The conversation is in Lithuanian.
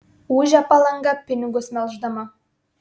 ūžia palanga pinigus melždama